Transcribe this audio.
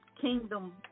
kingdom